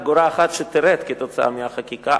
אגורה אחת שתרד כתוצאה מהחקיקה.